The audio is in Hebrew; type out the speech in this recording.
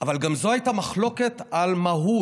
אבל גם זו הייתה מחלוקת על מהות.